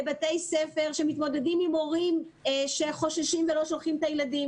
לבתי ספר שמתמודדים עם הורים שחוששים ולא שולחים את הילדים.